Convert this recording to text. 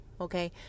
Okay